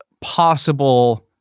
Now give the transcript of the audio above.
possible